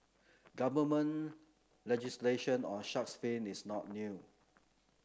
government legislation on shark's fin is not new